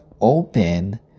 open